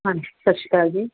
ਹਾਂਜੀ ਸਤਿ ਸ਼੍ਰੀ ਅਕਾਲ ਜੀ